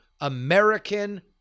American